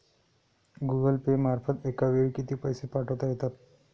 Google Pay मार्फत एका वेळी किती पैसे पाठवता येतात?